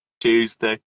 Tuesday